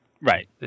Right